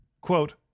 quote